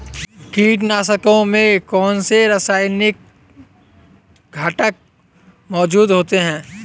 कीटनाशकों में कौनसे रासायनिक घटक मौजूद होते हैं?